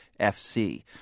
FC